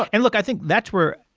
and look, i think that's where.